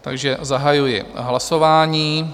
Takže zahajuji hlasování.